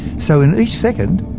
so in each second,